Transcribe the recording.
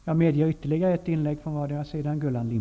Jag medger ytterligare ett inlägg från vardera sidan.